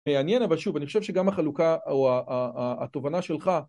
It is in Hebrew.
‫עניין, אבל שוב, אני חושב ‫שגם החלוקה, או התובנה שלך...